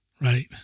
Right